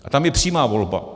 A tam je přímá volba.